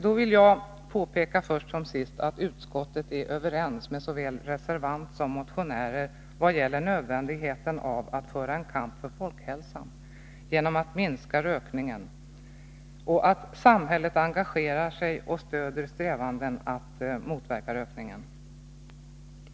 Jag vill påpeka först som sist att utskottet är överens med såväl reservant som motionärer vad gäller nödvändigheten av att föra en kamp för folkhälsan genom att minska rökningen och att samhället engagerar sig och stöder strävandena att motverka rökningen.